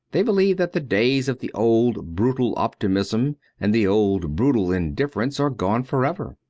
they believe that the days of the old brutal optimism and the old brutal indiffer ence are gone for ever.